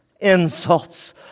Insults